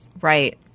right